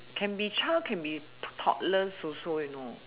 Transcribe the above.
can be child can be topless also you know